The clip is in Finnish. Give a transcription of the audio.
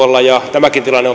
tämäkin tilanne